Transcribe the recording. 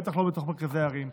בטח לא בתוך מרכזי הערים,